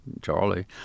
Charlie